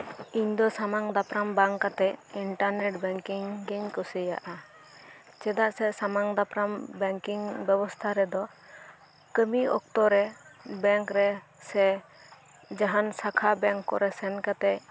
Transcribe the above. ᱤᱧ ᱫᱚ ᱥᱟᱢᱟᱝ ᱫᱟᱯᱨᱟᱢ ᱵᱟᱝ ᱠᱟᱛᱮᱜ ᱤᱱᱴᱟᱨ ᱱᱮᱴ ᱵᱮᱝᱠᱤᱝ ᱜᱤᱧ ᱠᱩᱥᱤᱭᱟᱜᱼᱟ ᱪᱮᱫᱟᱜ ᱥᱮ ᱥᱟᱢᱟᱝ ᱫᱟᱯᱨᱟᱢ ᱵᱮᱝᱠᱤᱝ ᱵᱮᱵᱚᱥᱛᱟ ᱨᱮᱫᱚ ᱠᱟᱹᱢᱤ ᱚᱠᱛᱚ ᱨᱮ ᱵᱮᱝᱨᱮ ᱥᱮ ᱡᱟᱦᱟᱱ ᱥᱟᱠᱷᱟ ᱵᱮᱝᱠᱚᱨᱮ ᱥᱮᱱᱠᱟᱛᱮᱜ